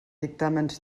dictàmens